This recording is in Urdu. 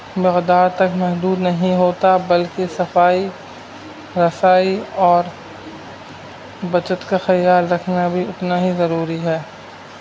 مقدار تک محدود نہیں ہوتا بلکہ صفائی رسائی اور بچت کا خیال رکھنا بھی اتنا ہی ضروری ہے